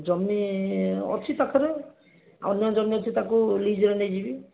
ଜମି ଅଛି ପାଖରେ ଆଉ ଅନ୍ୟ ଜମି ଅଛି ତାକୁ ଲିଜ୍ରେ ନେଇଯିବି